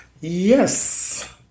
Yes